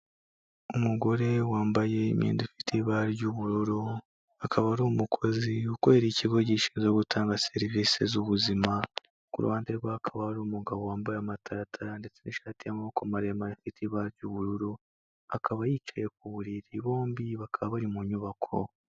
Umugore wambaye imyenda ifite ibara ry'ubururu, akaba ari umukozi ukorera ikigo gishinzwe gutanga serivisi z'ubuzima ku ruhande rwe hakaba hari umugabo wambaye amataratara ndetse n'ishati y'amaboko maremare afite ibara ry'ubururu, akaba yicaye ku buriri bombi bakaba bari mu nyubako.